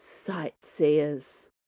Sightseers